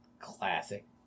Classic